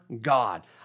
God